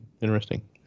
interesting